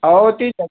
अहो ती तर